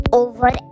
over